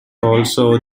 also